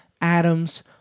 Adam's